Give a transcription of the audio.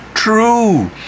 True